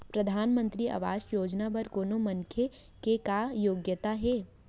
परधानमंतरी आवास योजना बर कोनो मनखे के का योग्यता हे?